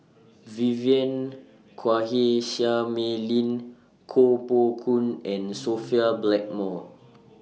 Vivien Quahe Seah Mei Lin Koh Poh Koon and Sophia Blackmore